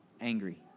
angry